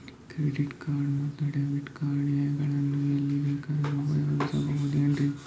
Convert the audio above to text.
Credit card ಮತ್ತು debit card ಗಳನ್ನು ಎಲ್ಲಿ ಬೇಕಾದ್ರು ಉಪಯೋಗಿಸಬಹುದೇನ್ರಿ?